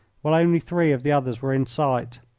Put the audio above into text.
while only three of the others were in sight.